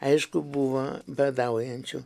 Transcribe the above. aišku buvo badaujančių